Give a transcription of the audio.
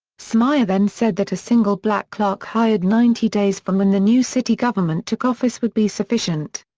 smyer then said that a single black clerk hired ninety days from when the new city government took office would be sufficient.